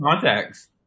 context